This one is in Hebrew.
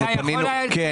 אתה יכול להגיב?